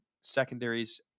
secondaries